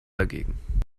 dagegen